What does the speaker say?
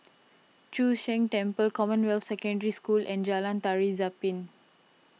Chu Sheng Temple Commonwealth Secondary School and Jalan Tari Zapin